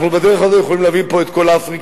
אנחנו בדרך הזאת יכולים להביא פה את כל אפריקה,